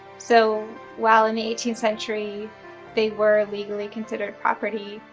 so while in the eighteenth century they were legally considered property,